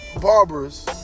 barbers